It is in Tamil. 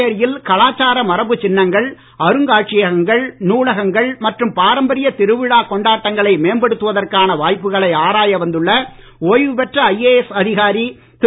புதுச்சேரியில் கலாச்சார மரபுச் சின்னங்கள் அருங்காட்சியகங்கள் நூலகங்கள் மற்றும் பாரம்பரிய திருவிழாக் கொண்டாட்டங்களை மேம்படுத்துவதற்கான வாய்ப்புகளை ஆராய வந்துள்ள ஓய்வு பெற்ற ஐஏஎஸ் அதிகாரி திரு